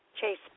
Chase